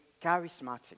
charismatic